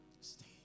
stay